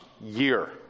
year